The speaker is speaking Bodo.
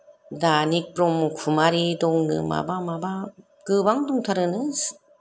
दानि ब्रह्म कुमारि दं नो माबा माबा गोबां दंथारोनो